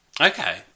Okay